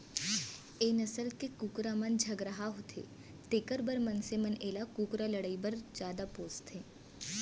ए नसल के कुकरा मन झगरहा होथे तेकर बर मनसे मन एला कुकरा लड़ई बर जादा पोसथें